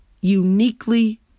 uniquely